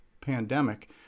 pandemic